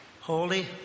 holy